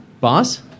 Boss